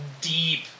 deep